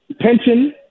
pension